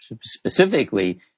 specifically